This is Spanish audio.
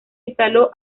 instaló